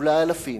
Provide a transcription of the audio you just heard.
אולי אלפים,